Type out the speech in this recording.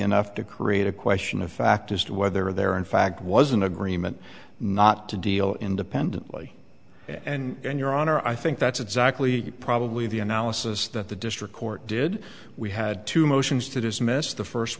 enough to create a question of fact as to whether there in fact was an agreement not to deal independently and your honor i think that's exactly probably the analysis that the district court did we had two motions to dismiss the first